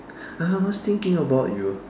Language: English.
I was thinking about you